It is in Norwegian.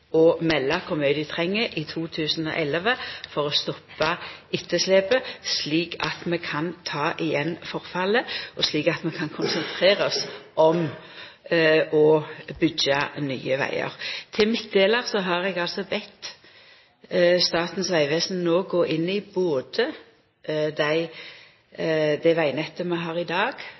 å melda kor mykje dei treng i 2011 for å stoppa etterslepet, slik at vi kan ta igjen forfallet, og slik at vi kan konsentrera oss om å byggja nye vegar. Når det gjeld midtdelarar, har eg no bedt Statens vegvesen gå inn i det vegnettet vi har i dag.